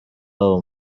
wabo